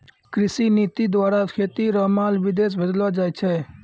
कृषि नीति द्वारा खेती रो माल विदेश भेजलो जाय छै